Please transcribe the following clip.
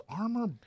armor